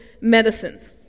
medicines